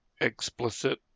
Explicit